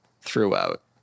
throughout